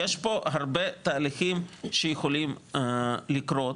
יש פה הרבה תהליכים שיכולים לקרות.